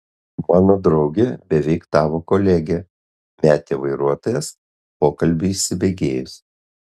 mano draugė beveik tavo kolegė metė vairuotojas pokalbiui įsibėgėjus